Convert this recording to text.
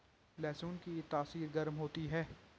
लहसुन की तासीर गर्म होती है